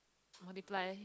multiply